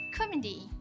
Comedy